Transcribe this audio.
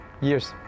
years